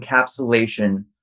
encapsulation